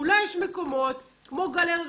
אולי יש מקומות כמו גלריות,